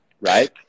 right